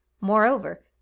Moreover